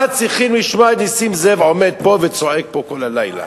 מה צריכים לשמוע את נסים זאב עומד פה וצועק פה כל הלילה?